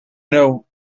know